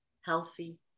healthy